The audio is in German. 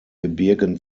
gebirgen